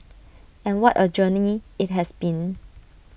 and what A journey IT has been